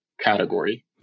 category